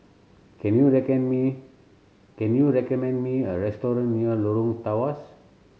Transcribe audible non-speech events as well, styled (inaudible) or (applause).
can you (unintelligible) can you recommend me a restaurant near Lorong Tawas